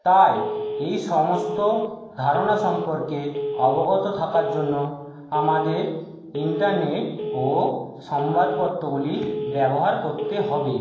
তাই এই সমস্ত ধারণা সম্পর্কে অবগত থাকার জন্য আমাদের ইন্টারনেট ও সংবাদপত্রগুলি ব্যবহার করতে হবে